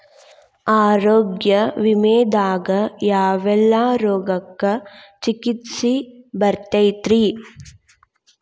ಆರೋಗ್ಯ ವಿಮೆದಾಗ ಯಾವೆಲ್ಲ ರೋಗಕ್ಕ ಚಿಕಿತ್ಸಿ ಬರ್ತೈತ್ರಿ?